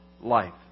life